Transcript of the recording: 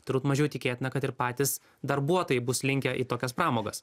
turbūt mažiau tikėtina kad ir patys darbuotojai bus linkę į tokias pramogas